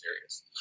serious